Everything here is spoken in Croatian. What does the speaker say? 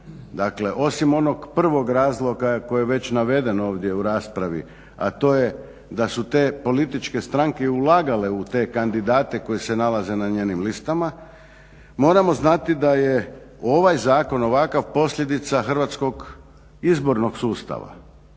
dakle osim onog prvog razloga koji je već naveden ovdje u raspravi a to je da su te političke stranke i ulagale u te kandidate koji se nalaze na njenim listama, moramo znati da je ovaj zakon ovakav posljedica hrvatskog izbornog sustava.